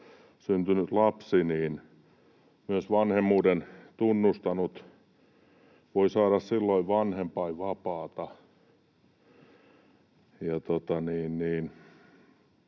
syntynyt lapsi, niin myös vanhemmuuden tunnustanut voi saada silloin vanhempainvapaata.